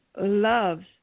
loves